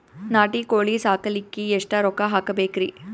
ನಾಟಿ ಕೋಳೀ ಸಾಕಲಿಕ್ಕಿ ಎಷ್ಟ ರೊಕ್ಕ ಹಾಕಬೇಕ್ರಿ?